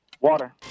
Water